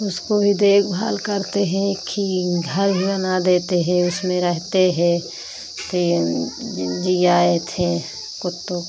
उसको भी देखभाल करते हैं एक खी घर भी बना देते हे उसमें रहते हैं फिर जियाए थे कुत्ताें